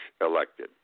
elected